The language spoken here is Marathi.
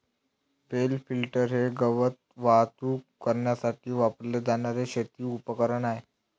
बेल लिफ्टर हे गवत वाहतूक करण्यासाठी वापरले जाणारे शेती उपकरण आहे